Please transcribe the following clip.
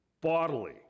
bodily